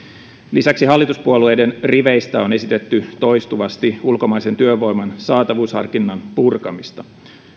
lisäksi hallituspuolueiden riveistä on esitetty toistuvasti ulkomaisen työvoiman saatavuusharkinnan purkamista